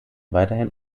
weiterhin